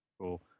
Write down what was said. Cool